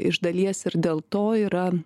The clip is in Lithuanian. iš dalies ir dėl to yra